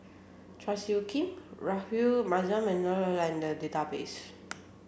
Chua Soo Khim Rahayu Mahzam and Neil are in the database